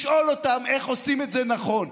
לשאול אותם איך עושים את זה נכון.